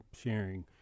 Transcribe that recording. sharing